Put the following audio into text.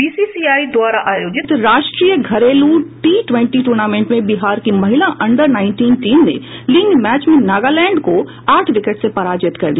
BCCI द्वारा आयोजित राष्ट्रीय घरेलू टी ट्वेंटी टूर्नामेंट में बिहार की महिला अंडर नाईंटिन टीम ने लीग मैच में नागालैंड को आठ विकेट से पराजित कर दिया